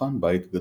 שכן בית גדול.